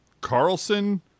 Carlson